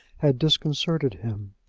had disconcerted him.